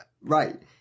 right